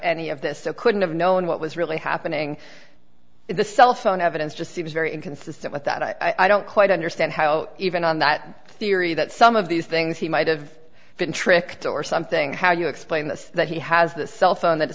any of this so couldn't have known what was really happening if the cell phone evidence just seems very inconsistent with that i don't quite understand how even on that theory that some of these things he might have been tricked or something how do you explain this that he has the cell phone that